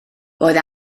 roedd